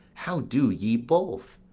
how do ye both?